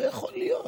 לא יכול להיות,